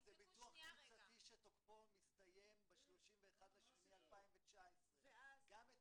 תבדקי -- זה ביטוח --- שתוקפו מסתיים ב-31 באוגוסט 2019. גם את